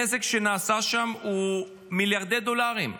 הנזק שנעשה שם הוא במיליארדי דולרים.